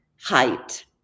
height